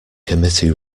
committee